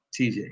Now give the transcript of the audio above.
TJ